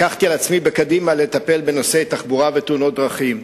לקחתי על עצמי בקדימה לטפל בנושא תחבורה ותאונות דרכים.